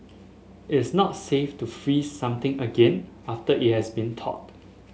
it is not safe to freeze something again after it has been thawed